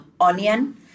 onion